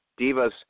Divas